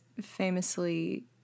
famously